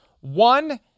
One